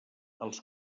els